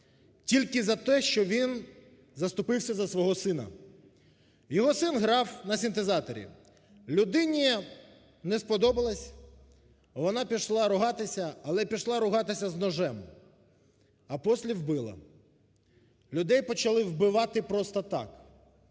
тільки за те, що він заступився за свого сина. Його син грав на синтезаторі. Людині не сподобалось, вона пішла ругатися, але пішла ругатися з ножем. А після вбила. Людей почали вбивати просто так.